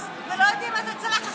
ולא יודעים מה זה צלחת.